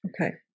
Okay